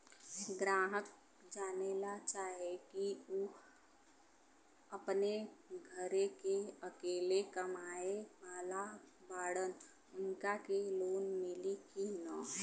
ग्राहक जानेला चाहे ले की ऊ अपने घरे के अकेले कमाये वाला बड़न उनका के लोन मिली कि न?